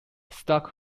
stark